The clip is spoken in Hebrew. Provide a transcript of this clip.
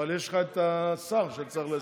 בבקשה.